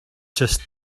just